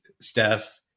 Steph